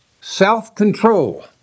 self-control